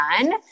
done